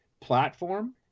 platform